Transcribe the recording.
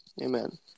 Amen